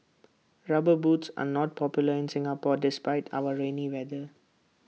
rubber boots are not popular in Singapore despite our rainy weather